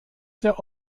der